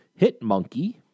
Hitmonkey